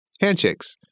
Handshakes